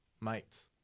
mates